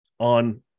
on